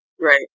Right